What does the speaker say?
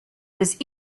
was